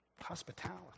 hospitality